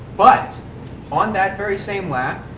but on that very same lap,